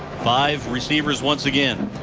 five receivers once again.